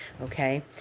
Okay